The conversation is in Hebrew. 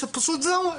שפשוט זהו,